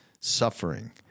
suffering